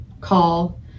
call